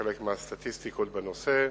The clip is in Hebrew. חלק מהסטטיסטיקות בנושא.